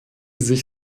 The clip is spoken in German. sich